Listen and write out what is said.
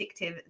addictive